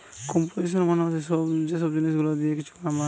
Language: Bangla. কম্পোজিশান মানে হচ্ছে যে সব জিনিস গুলা দিয়ে কিছু বানাচ্ছে